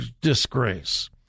disgrace